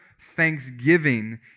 thanksgiving